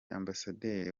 ambasaderi